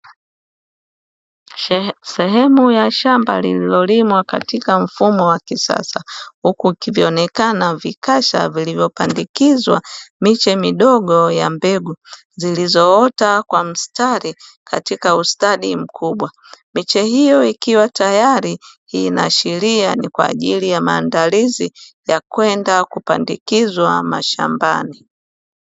Sehemu ya shamba lililo limwa katika mfumo wa kisasa. Huku vikionekana vikasha vilivyo pandikizwa miche midogo ya mbegu zilizo ota kwa mstari katika ustadi mkubwa. Miche hiyo ikiwa tayari ina ashiria ni kwa ajili ya maandalizi ya kwenda kupandikizwa mashambani.